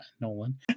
Nolan